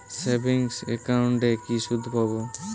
Savings একাউন্টে কি সুদ পাব?